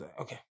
okay